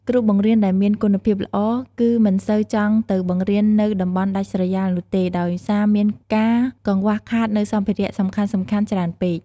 គ្រូបង្រៀនដែលមានគុណភាពល្អ គឺមិនសូវចង់ទៅបង្រៀននៅតំបន់ដាច់ស្រយាលនោះទេ ដោយសារមានការកង្វះខាតនៅសម្ភារៈសំខាន់ៗច្រើនពេក។